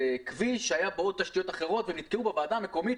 כביש שהיו בו תשתיות אחרות ונתקעו בוועדה המקומית